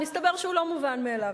מסתבר שהוא לא מובן מאליו.